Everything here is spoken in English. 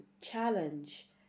challenge